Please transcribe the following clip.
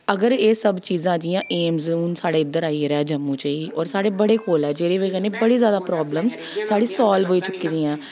अगर एह् सब चीजां जि'यां एम्स हून साढ़े इद्धर आई गेदा ऐ जम्मू च होर साढ़े बड़े कोल ऐ जेह्दी बजह् नै बड़ी जादा प्रॉब्लम्स साढ़ी सॉल्व होई चुकी दियां